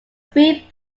three